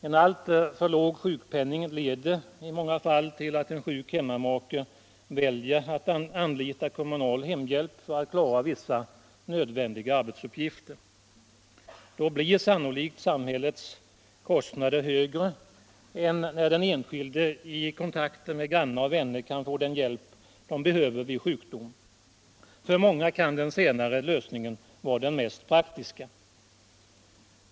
En alltför låg sjukpenning leder i många fall till att en sjuk hemmamake väljer att anlita kommunal hemhjälp för att klara vissa nödvändiga arbetsuppgifter. Då blir sannolikt samhällets kostnader högre än när den enskilde i kontakter med grannar och vänner kan få den hjälp han behöver vid sjukdom. För många kan den senare lösningen vara den mest praktiska.